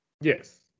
Yes